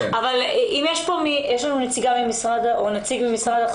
אבל אם יש פה נציג ממשרד השיכון